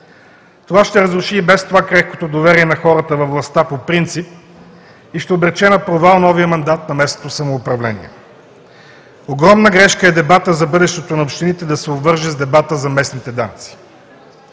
Това ще разруши и без това крехкото доверие на хората във властта по принцип и ще обрече на провал новия мандат на местното самоуправление. Огромна грешка е дебатът за бъдещето на общините да се обвърже с дебата за местните данъци.